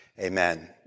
Amen